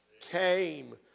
came